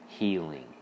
healing